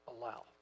allow